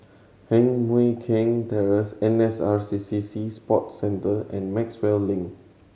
Heng Mui Keng Terrace N S R C C Sea Sports Centre and Maxwell Link